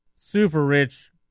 super-rich